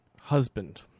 husband